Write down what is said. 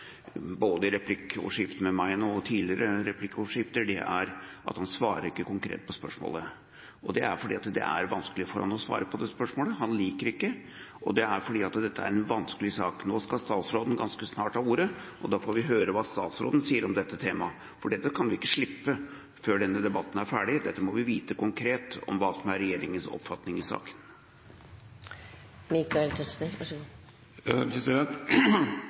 både i replikkordskiftet med meg nå og i tidligere replikkordskifter, er at han svarer ikke konkret på spørsmålet. Det er fordi det er vanskelig for ham å svare på det spørsmålet. Han liker det ikke, og det er fordi dette er en vanskelig sak. Nå skal statsråden ganske snart ha ordet, og da får vi høre hva statsråden sier om dette temaet. For dette kan vi ikke slippe før denne debatten er ferdig, dette må vi vite konkret om hva som er regjeringas oppfatning i